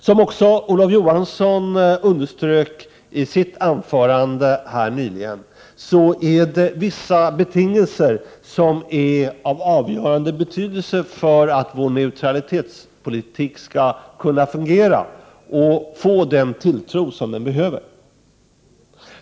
Som också Olof Johansson underströk i sitt anförande här nyss är vissa betingelser av avgörande betydelse för att vår neutralitetspolitik skall kunna fungera och få den tilltro som den behöver.